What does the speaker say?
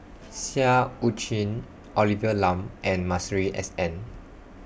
Seah EU Chin Olivia Lum and Masuri S N